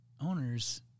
owners